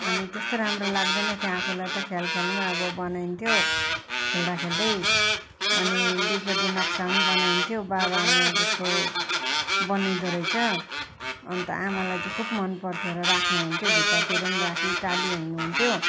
अनि त्यस्तो राम्रो लाग्दैन थियो आफुलाई त ख्याल ख्यालमा अब बनाइन्थ्यो खेल्दा खेल्दै अनि दुईपटि नक्सा नि बनाइन्थ्यो बाबा आमा जस्तो बनिँदो रहेछ अन्त आमालाई चाहिँ खुब मनपर्थ्यो र राख्नु हुन्थ्यो भित्तातिर पनि राखी टालिहिँड्नु हुन्थ्यो